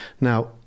Now